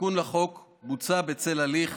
התיקון לחוק בוצע בצל הליך